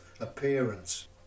appearance